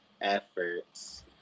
efforts